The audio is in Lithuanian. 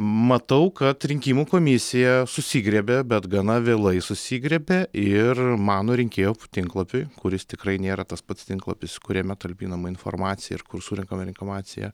matau kad rinkimų komisija susigriebė bet gana vėlai susigriebė ir mano rinkėjo tinklapiui kuris tikrai nėra tas pats tinklapis kuriame talpinama informacija ir kur surenkam informaciją